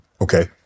Okay